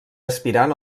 aspirant